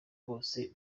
bose